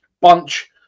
bunch